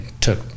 took